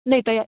ਨਹੀਂ ਤਾਂ